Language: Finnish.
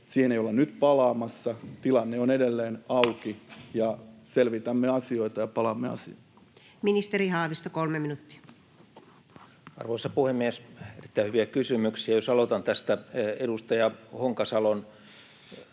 Siihen ei olla nyt palaamassa. Tilanne on edelleen auki, ja selvitämme asioita ja palaamme asiaan. Ministeri Haavisto, 3 minuuttia. Arvoisa puhemies! Erittäin hyviä kysymyksiä. Jos aloitan tästä edustaja Honkasalon